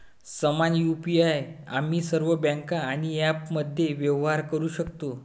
समान यु.पी.आई आम्ही सर्व बँका आणि ॲप्समध्ये व्यवहार करू शकतो